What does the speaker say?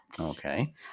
Okay